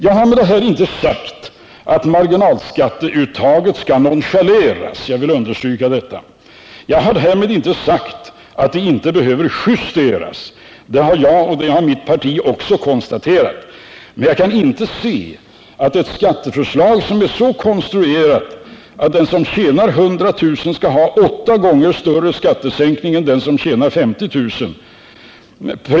Jag har med det anförda inte sagt, att marginalskatteuttaget skall nonchaleras eller att det inte behöver justeras. Det har jag och mitt parti också konstaterat. Men jag kan inte se att ett skatteförslag som är så konstruerat att 104 den som tjänar 100 000 kr. skall ha åtta gånger större skattesänkning än den som tjänar 50 000 kr.